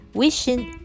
wishing